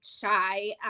shy